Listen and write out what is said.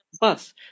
bus